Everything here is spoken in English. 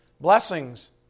blessings